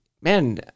man